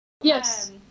Yes